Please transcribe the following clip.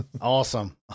Awesome